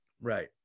Right